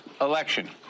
election